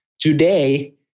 today